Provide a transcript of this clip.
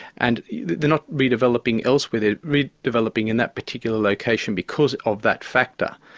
and they're not redeveloping elsewhere, they're redeveloping in that particular location because of that factor.